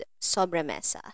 sobremesa